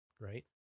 right